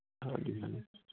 ਹਾਂਜੀ ਹਾਂਜੀ